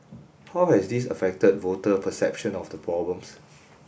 how has this affected voter perception of the problems